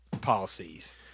policies